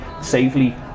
safely